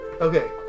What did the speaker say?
Okay